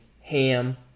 ham